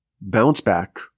bounce-back